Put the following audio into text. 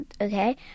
okay